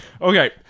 Okay